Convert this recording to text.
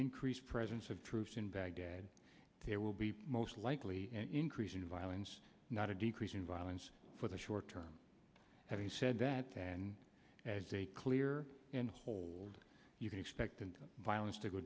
increased presence of troops in baghdad it will be most likely increasing violence not a decrease in violence for the short term and he said that as a clear and hold you can expect and violence to go